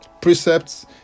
precepts